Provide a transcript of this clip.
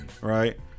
Right